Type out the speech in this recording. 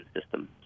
system